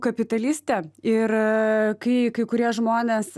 kapitalistė ir kai kai kurie žmonės